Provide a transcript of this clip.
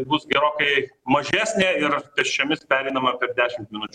bus gerokai mažesnė ir pėsčiomis pereinama per dešimt minučių